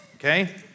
Okay